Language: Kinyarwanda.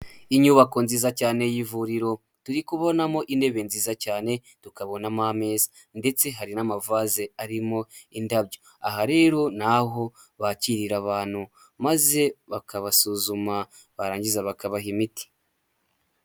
Inyubako nziza cyane y'ivuriro, turi kubonamo intebe nziza cyane tukabonamo ameza, ndetse hari n'amavase arimo indabyo, aha rero naho bakirira abantu maze bakabasuzuma barangiza bakabaha imiti.